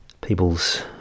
people's